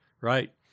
right